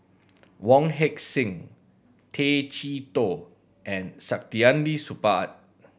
Wong Heck Sing Tay Chee Toh and Saktiandi Supaat